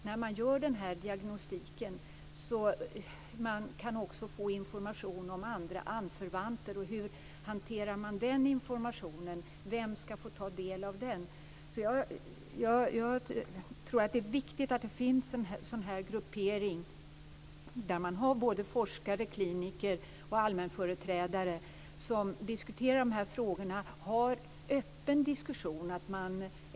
När man gör diagnostiken kan man också få information om andra anförvanter. Hur hanterar man den informationen? Vem skall få ta del av den? Det är viktigt att det finns en grupp med forskare, kliniker och allmänföreträdare som diskuterar dessa frågor. Det skall vara en öppen diskussion.